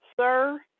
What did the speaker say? Sir